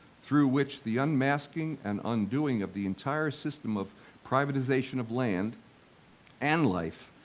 through which the unmasking and undoing of the entire system of privatization of land and life,